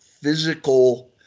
physical